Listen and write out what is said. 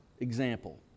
example